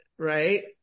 Right